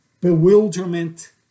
bewilderment